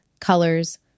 colors